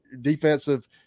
defensive